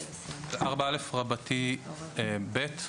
4א(ב).